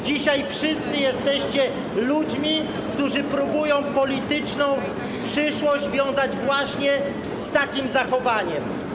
Dzisiaj wszyscy jesteście ludźmi, którzy próbują polityczną przyszłość wiązać właśnie z takim zachowaniem.